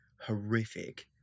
Horrific